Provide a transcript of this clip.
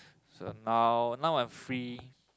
so now now I'm free